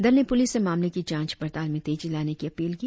दल ने पुलिस से मामले की जांच पड़ताल में तेजी लाने की अपील की